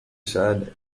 said